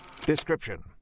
Description